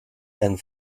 and